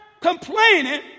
complaining